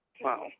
Wow